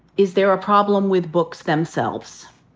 is there a problem with books themselves?